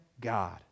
God